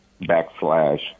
backslash